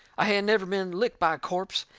i hadn't never been licked by a corpse,